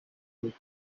kuko